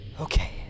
Okay